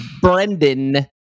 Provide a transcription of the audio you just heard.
Brendan